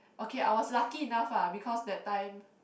okay I was lucky enough lah because that time